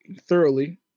thoroughly